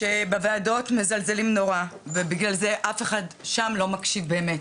שבוועדות מזלזלים נורא ובגלל זה אף אחד שם לא מקשיב באמת.